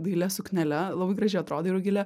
dailia suknele labai gražiai atrodai rugile